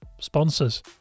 sponsors